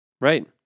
Right